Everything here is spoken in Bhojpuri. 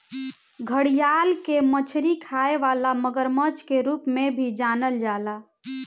घड़ियाल के मछरी खाए वाला मगरमच्छ के रूप में भी जानल जाला